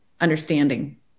understanding